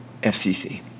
FCC